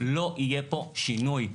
לא יהיה פה שינוי.